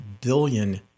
billion